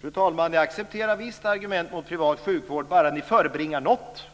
Fru talman! Jag accepterar visst argument mot privat sjukvård, bara ni förebringar något